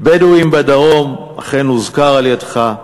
בדואים בדרום, אכן הוזכר על-ידך,